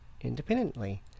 independently